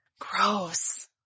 Gross